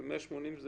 אבל 180 זה